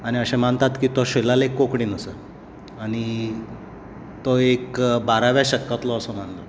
आनी अशें मानतात की तो शिलालेख कोंकणीन आसा आनी तो एक बाराव्या शतकांतलो असो मानतात